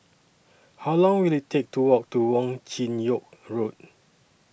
How Long Will IT Take to Walk to Wong Chin Yoke Road